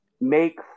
make